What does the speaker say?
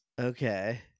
okay